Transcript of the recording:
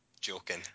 Joking